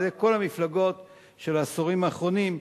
על-ידי כל המפלגות של העשורים האחרונים,